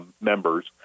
members